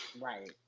Right